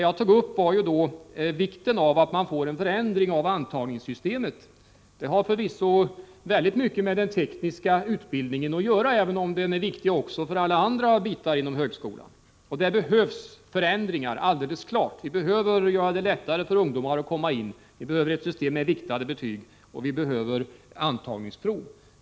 Jag tog då upp vikten av att en förändring av antagningssystemet genomförs. Detta har förvisso mycket att göra med den tekniska utbildningen, även om det också är viktigt för alla andra områden inom högskolan. Att det behövs förändringar är alldeles klart. Det är angeläget att göra det lättare för ungdomar att komma in, och det behövs viktade betyg och antagningsprov.